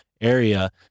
area